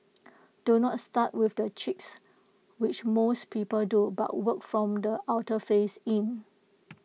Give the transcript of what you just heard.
do not start with the cheeks which most people do but work from the outer face in